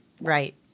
right